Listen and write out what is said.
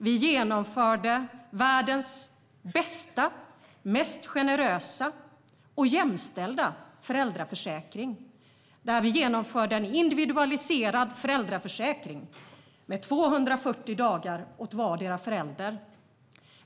Vi genomförde världens bästa och mest generösa och jämställda föräldraförsäkring. Det var en individualiserad föräldraförsäkring med 240 dagar åt vardera föräldern.